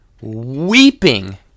weeping